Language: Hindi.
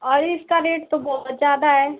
अरे इसका रेट तो बहुत ज़्यादा है